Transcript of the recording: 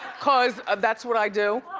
cause that's what i do.